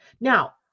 Now